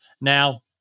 Now